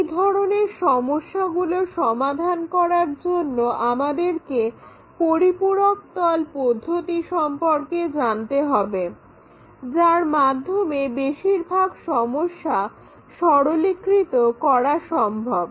এই ধরনের সমস্যাগুলো সমাধান করার জন্য আমাদেরকে পরিপূরক তল পদ্ধতি সম্পর্কে জানতে হবে যার মাধ্যমে বেশিরভাগ সমস্যা সরলীকৃত করা সম্ভব